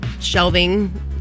shelving